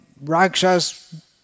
Rakshas